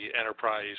enterprise